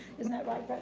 isn't that right,